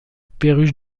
perruche